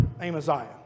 Amaziah